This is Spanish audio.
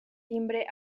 timbre